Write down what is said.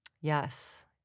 Yes